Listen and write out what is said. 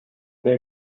they